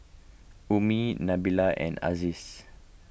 Ummi Nabila and Aziz